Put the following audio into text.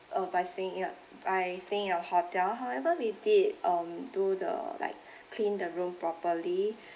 uh by staying in by staying in our hotel however we did um do the like clean the room properly